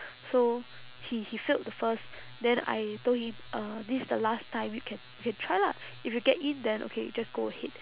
so he he failed the first then I told him uh this is the last time you can you can try lah if you get in then okay you just go ahead